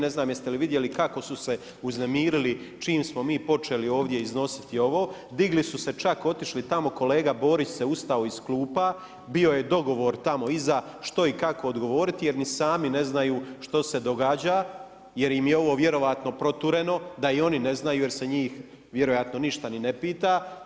Ne znam, jeste li vidjeli kako su se uznemirili čim smo mi počeli ovdje iznositi ovo, digli su se čak, otišli tamo, kolega Borić se ustao iz klupa, bio je dogovor tamo iza, što i kako odgovoriti, jer ni sami ne znaju što se događa, jer im je ovo vjerojatno protureno, da ni oni ne znaju, jer se njih vjerojatno ništa ne pita.